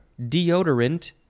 deodorant